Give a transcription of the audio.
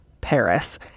Paris